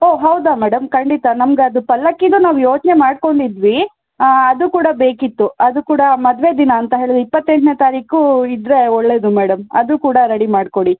ಓಹ್ ಹೌದಾ ಮೇಡಮ್ ಖಂಡಿತ ನಮಗೆ ಅದು ಪಲ್ಲಕ್ಕಿದು ನಾವು ಯೋಚನೆ ಮಾಡಿಕೊಂಡಿದ್ವಿ ಅದು ಕೂಡ ಬೇಕಿತ್ತು ಅದು ಕೂಡ ಮದುವೆ ದಿನ ಅಂತ ಹೇಳಿದರೆ ಇಪ್ಪತ್ತೆಂಟನೇ ತಾರೀಖು ಇದ್ದರೆ ಒಳ್ಳೆಯದು ಮೇಡಮ್ ಅದು ಕೂಡ ರೆಡಿ ಮಾಡಿಕೊಡಿ